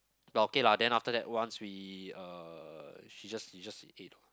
but okay lah then after that once we uh she just we just ate